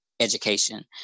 education